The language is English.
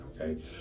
okay